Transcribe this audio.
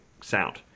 sound